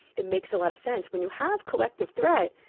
it makes a lot of sense, when you have collective threat,